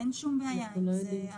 אין שום בעיה עם זה,